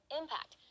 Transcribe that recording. impact